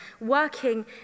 working